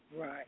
Right